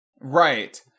Right